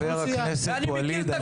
חבר הכנסת ואליד,